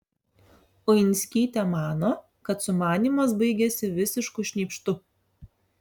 uinskytė mano kad sumanymas baigėsi visišku šnypštu